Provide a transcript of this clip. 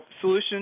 solution